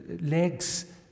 legs